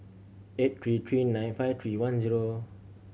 eight three three nine five three one zero